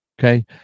okay